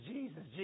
Jesus